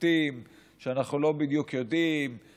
שופטים שאנחנו לא בדיוק יודעים,